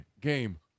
game